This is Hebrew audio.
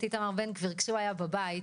איתמר בן גביר כשהיה בבית,